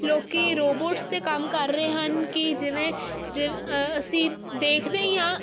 ਲੋਕੀ ਰੋਬੋਟਸ ਤੇ ਕੰਮ ਕਰ ਰਹੇ ਹਨ ਕਿ ਜਿਵੇਂ ਅਸੀਂ ਦੇਖਦੇ ਹੀ ਆ